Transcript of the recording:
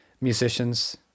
musicians